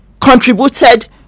contributed